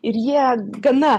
ir jie gana